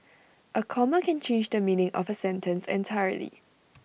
A comma can change the meaning of A sentence entirely